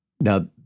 Now